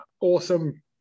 awesome